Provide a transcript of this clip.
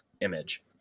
image